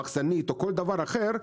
מחסנית או כל דבר אחר,